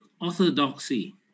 orthodoxy